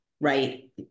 Right